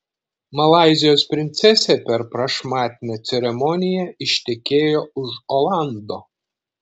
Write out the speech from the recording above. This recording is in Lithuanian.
malaizijos princesė per prašmatnią ceremoniją ištekėjo už olando